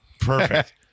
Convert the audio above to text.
Perfect